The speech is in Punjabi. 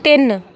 ਤਿੰਨ